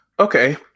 Okay